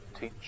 teach